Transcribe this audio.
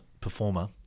performer